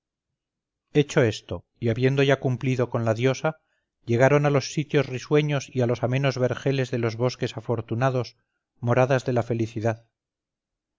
hecho esto y habiendo ya cumplido con la diosa llegaron a los sitios risueños y a los amenos vergeles de los bosques afortunados moradas de la felicidad